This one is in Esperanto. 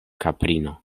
kaprino